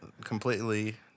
completely